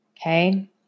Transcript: Okay